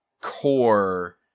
core